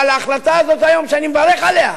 אבל ההחלטה הזאת היום, שאני מברך עליה,